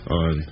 on